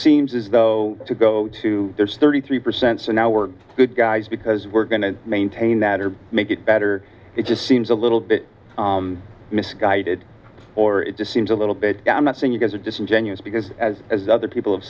seems as though to go to thirty three percent so now we're good guys because we're going to maintain that or make it better it just seems a little bit misguided or it just seems a little bit i'm not saying you guys are disingenuous because as as other people have